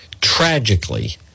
tragically